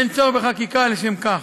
אין צורך בחקיקה לשם כך.